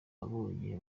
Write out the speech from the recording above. abonye